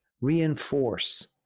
reinforce